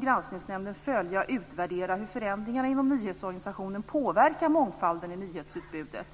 Granskningsnämnden att följa och utvärdera hur förändringarna inom nyhetsorganisationen påverkar mångfalden i nyhetsutbudet.